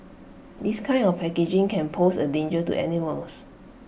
this kind of packaging can pose A danger to animals